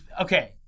okay